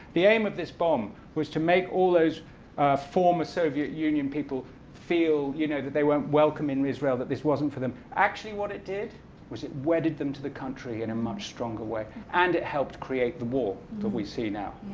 the aim of this bomb was to make all those former soviet union people feel you know that they weren't welcome in israel that this wasn't for them. actually what it did was it wedded them to the country in a much stronger way, and it helped create the war that we see now.